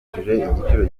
igiciro